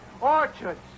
orchards